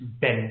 bend